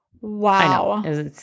wow